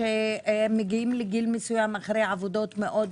גברים מעל גיל 55. חלק מזה הוא שהם מגיעים לגיל מסוים